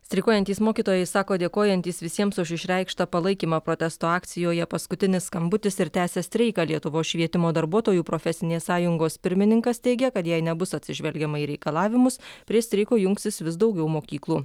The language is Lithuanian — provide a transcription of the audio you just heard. streikuojantys mokytojai sako dėkojantys visiems už išreikštą palaikymą protesto akcijoje paskutinis skambutis ir tęsia streiką lietuvos švietimo darbuotojų profesinės sąjungos pirmininkas teigia kad jei nebus atsižvelgiama į reikalavimus prie streiko jungsis vis daugiau mokyklų